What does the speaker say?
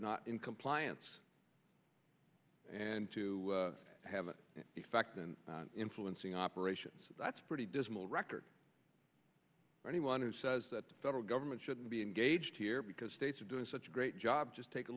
not in compliance and to have an effect in influencing operations that's pretty dismal record for anyone who says that the federal government shouldn't be engaged here because states are doing such a great job just take a